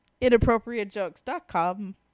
InappropriateJokes.com